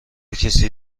کسی